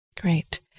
Great